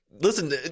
Listen